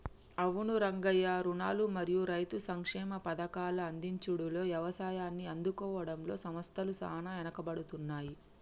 అవును రంగయ్య రుణాలు మరియు రైతు సంక్షేమ పథకాల అందించుడులో యవసాయాన్ని ఆదుకోవడంలో సంస్థల సాన ఎనుకబడుతున్నాయి